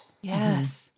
Yes